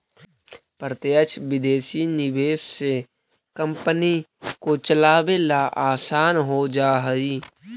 प्रत्यक्ष विदेशी निवेश से कंपनी को चलावे ला आसान हो जा हई